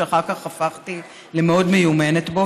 שאחר כך הפכתי למאוד מיומנת בו,